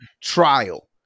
trial